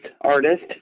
artist